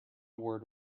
word